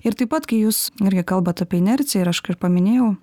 ir taip pat kai jūs irgi kalbat apie inerciją ir aš kaip paminėjau